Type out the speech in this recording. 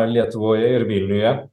lietuvoje ir vilniuje